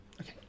Okay